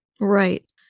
Right